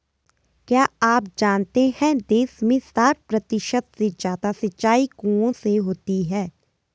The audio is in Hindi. क्या आप जानते है देश में साठ प्रतिशत से ज़्यादा सिंचाई कुओं से होती है?